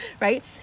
right